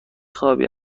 خوابی